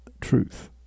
truth